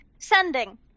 Sending